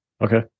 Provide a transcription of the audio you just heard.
Okay